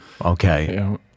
Okay